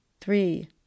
three